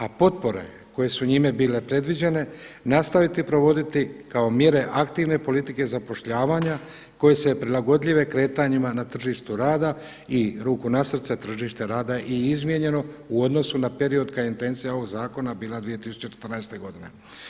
A potpore koje su njime bile predviđene nastaviti provoditi kao mjere aktivne politike zapošljavanja koje su prilagodljive kretanjima na tržištu rada i ruku na srce tržište rada je izmijenjeno u odnosu na period kada je intencija ovog zakona bila 2014. godine.